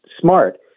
smart